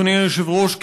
אדוני היושב-ראש,